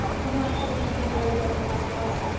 perhaps it was nothing very dreadful after all.